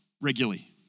regularly